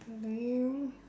lame